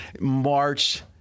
march